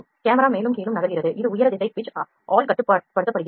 camera மேலும் கீழும் நகர்கிறது இது உயர திசை pith ஆல் கட்டுப்படுத்தப்படுகிறது